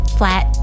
flat